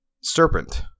serpent